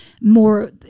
more